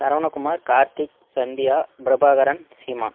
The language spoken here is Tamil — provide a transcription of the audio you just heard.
சரவணக்குமார் கார்த்திக் சந்தியா பிரபாகரன் சீமான்